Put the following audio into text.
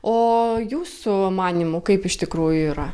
o jūsų manymu kaip iš tikrųjų yra